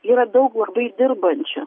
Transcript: yra daug labai dirbančių